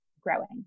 growing